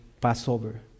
Passover